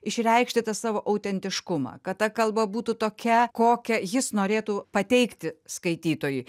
išreikšti tą savo autentiškumą kad ta kalba būtų tokia kokią jis norėtų pateikti skaitytojui